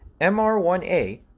MR1A